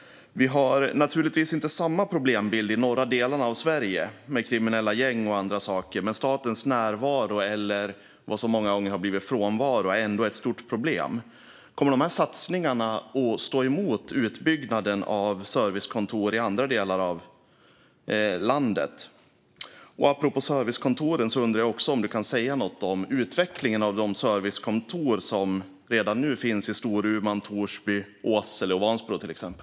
Vi har naturligtvis inte samma problembild - med kriminella gäng och andra saker - i de norra delarna av Sverige, men statens närvaro eller vad som många gånger har blivit frånvaro är ändå ett stort problem. Kommer dessa satsningar att stå mot utbyggnad av servicekontor i andra delar av landet? Apropå servicekontor undrar jag också om du kan säga något om utvecklingen av de servicekontor som redan nu finns i Storuman, Torsby, Åsele och Vansbro, till exempel.